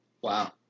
Wow